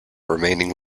remaining